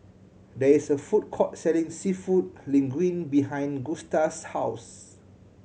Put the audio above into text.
there is a food court selling Seafood Linguine behind Gusta's house